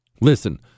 Listen